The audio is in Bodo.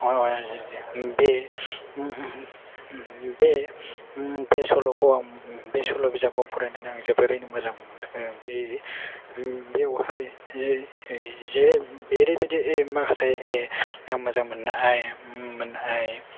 बे सल'खौ आं बे सल' बिजाबखौ फरायनानै आं जोबोरैनो मोजां मोनदों बेवहाय जे ओरैबायदि माखासे मोजां मोननाय